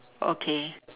okay